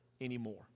anymore